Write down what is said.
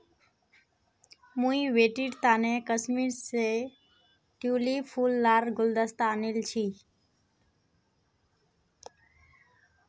मुई बेटीर तने कश्मीर स ट्यूलि फूल लार गुलदस्ता आनील छि